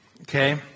okay